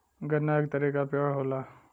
गन्ना एक तरे क पेड़ होला